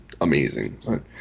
amazing